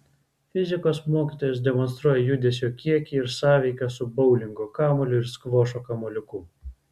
fizikos mokytojas demonstruoja judesio kiekį ir sąveiką su boulingo kamuoliu ir skvošo kamuoliuku